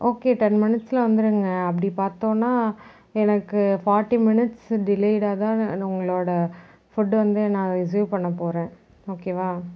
okay ten மினிட்ஸில் வந்துடுங்க அப்படி பார்த்தோன்னா எனக்கு ஃபார்ட்டி மினிட்ஸ் டிலேட்டாக தான் உங்களோட ஃபுட் வந்து நான் ரிசீவ் பண்ண போகிறேன் ஓகே வா